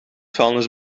vuilnis